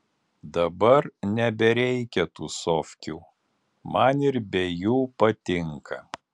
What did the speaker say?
dabar nebereikia tūsovkių man ir be jų patinka